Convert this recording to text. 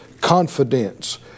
confidence